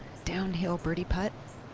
downhill birdie putt.